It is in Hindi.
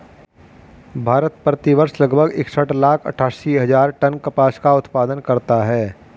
भारत, प्रति वर्ष लगभग इकसठ लाख अट्टठासी हजार टन कपास का उत्पादन करता है